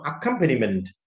accompaniment